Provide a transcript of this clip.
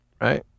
right